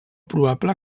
probable